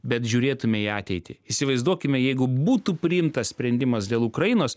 bet žiūrėtume į ateitį įsivaizduokime jeigu būtų priimtas sprendimas dėl ukrainos